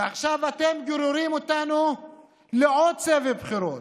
ועכשיו אתם גוררים אותנו לעוד סבב בחירות,